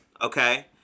Okay